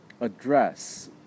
address